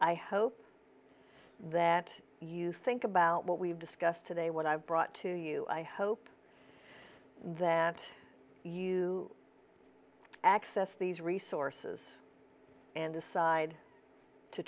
i hope that you think about what we've discussed today what i've brought to you i hope that you access these resources and decide to